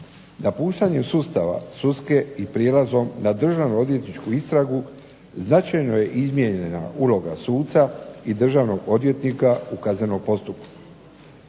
Napuštanjem sustava sudske i prijelazom na državno-odvjetničku istragu značajno je izmijenjena uloga suca i državnog odvjetnika u kaznenom postupku.